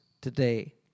today